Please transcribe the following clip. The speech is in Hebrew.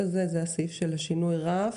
זה הסעיף שמדבר על שינוי הרף,